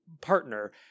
partner